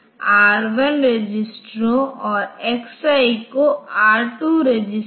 तो इनमें से प्रत्येक के लिए मुझे संबंधित वेक्टर एड्रेस को धारण करने के लिए 4 बाइट्स मेमोरी स्पेस की आवश्यकता होगी